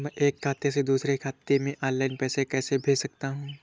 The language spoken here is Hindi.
मैं एक खाते से दूसरे खाते में ऑनलाइन पैसे कैसे भेज सकता हूँ?